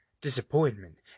disappointment